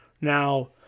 Now